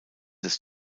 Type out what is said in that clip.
des